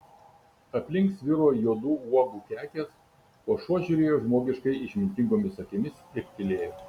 aplink sviro juodų uogų kekės o šuo žiūrėjo žmogiškai išmintingomis akimis ir tylėjo